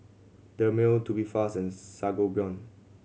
Dermale Tubifast and Sangobion